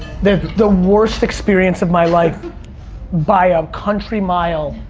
the worst experience of my life by a um country mile,